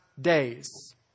days